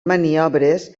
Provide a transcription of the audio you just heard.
maniobres